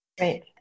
right